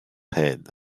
head